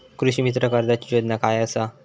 कृषीमित्र कर्जाची योजना काय असा?